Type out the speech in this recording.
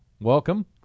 welcome